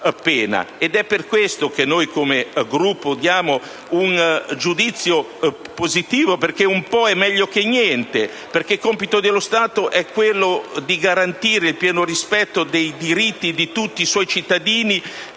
È per questo che noi, come Gruppo, diamo un giudizio positivo. Perché un po' è meglio che niente. Perché compito dello Stato è quello di garantire il pieno rispetto dei diritti di tutti i suoi cittadini,